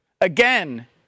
again